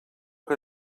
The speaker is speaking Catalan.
que